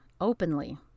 openly